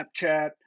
Snapchat